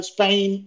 Spain